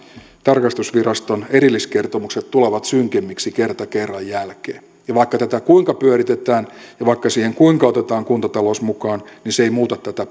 tarkastusviraston erilliskertomukset tulevat synkemmiksi kerta kerran jälkeen ja vaikka tätä kuinka pyöritetään ja vaikka siihen kuinka otetaan kuntatalous mukaan niin se ei muuta tätä